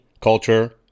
Culture